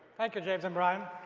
thank you, james and brian.